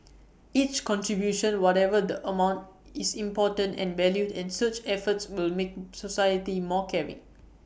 each contribution whatever the amount is important and valued and such efforts will make society more caring